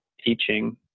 teaching